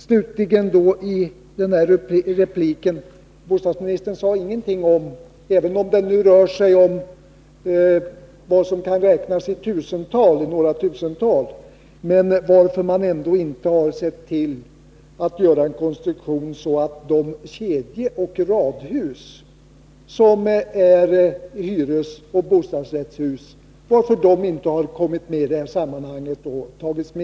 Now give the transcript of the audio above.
Slutligen i denna replik: Även om det nu rör sig om vad som kan räknas i några tusental, sade bostadsministern ingenting om varför man inte har sett till att göra en konstruktion så att de kedjeoch radhus som är hyreseller bostadsrättshus har kommit med i det här sammanhanget.